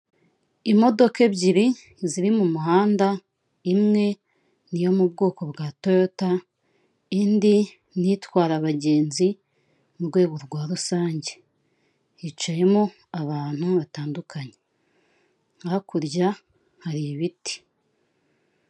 Imodoka ebyiri ziri mu muhanda, imwe ni iyo mu bwoko bwa toyota, indi n'itwara abagenzi mu rwego rwa rusange, hicayemo abantu batandukanye, hakurya hari ibiti.